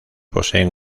poseen